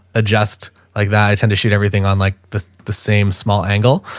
adjust like that. i tend to shoot everything on like the the same small angle.